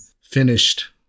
finished